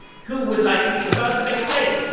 who would like to be the first to make a claim?